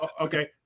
Okay